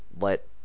let